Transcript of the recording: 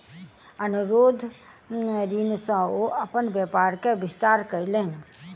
अनुरोध ऋण सॅ ओ अपन व्यापार के विस्तार कयलैन